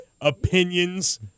opinions